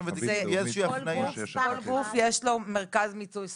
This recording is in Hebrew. ותיקים --- לכל גוף יש מרכז מיצוי זכויות.